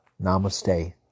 Namaste